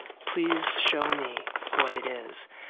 please show me what it is.